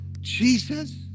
Jesus